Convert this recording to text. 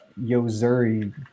Yozuri